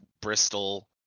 Bristol